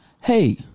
hey